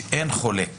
שאין חולק